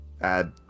add